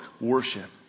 worship